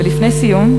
ולפני סיום,